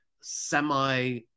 semi